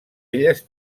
elles